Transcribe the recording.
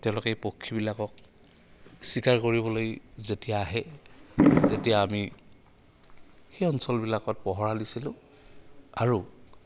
তেওঁলোকে পক্ষীবিলাকক চিকাৰ কৰিবলৈ যেতিয়া আহে তেতিয়া আমি সেই অঞ্চলবিলাকত পহৰা দিছিলোঁ আৰু